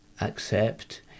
accept